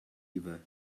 river